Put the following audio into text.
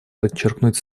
подчеркнуть